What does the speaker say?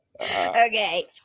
Okay